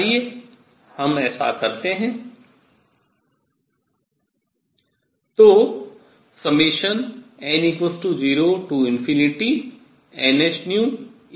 आइए हम ऐसा करतें है